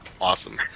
awesome